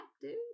dude